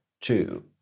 two